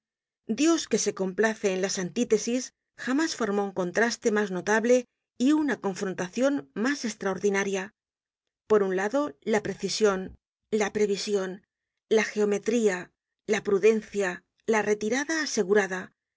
dios que se complace en las antítesis jamás formó un contraste mas notable y una confrontacion maseslraordinaria por un lado la precision la pre vision la geometría la prudencia la retirada asegurada